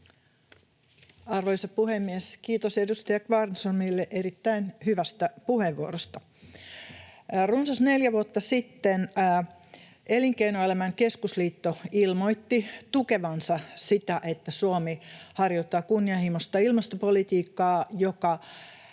Arvoisa puhemies! Kiitos edustaja Kvarnströmille erittäin hyvästä puheenvuorosta. — Runsas neljä vuotta sitten Elinkeinoelämän keskusliitto ilmoitti tukevansa sitä, että Suomi harjoittaa kunnianhimoista ilmastopolitiikkaa, joka